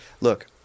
Look